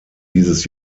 dieses